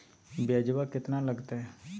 ब्यजवा केतना लगते?